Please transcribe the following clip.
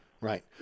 Right